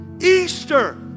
Easter